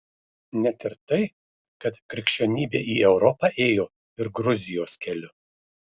net ir tai kad krikščionybė į europą ėjo ir gruzijos keliu